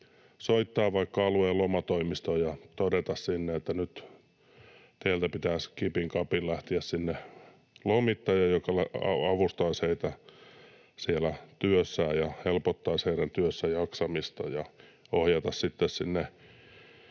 soittaa vaikka alueen lomatoimistoon ja todeta sinne, että nyt teiltä pitäisi kipin kapin lähteä sinne lomittaja, joka avustaisi heitä siellä työssään ja helpottaisi heidän työssäjaksamistaan, ja ohjata sitten sinne